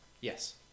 Yes